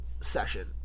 session